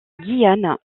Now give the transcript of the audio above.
guyane